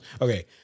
Okay